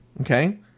Okay